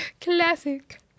Classic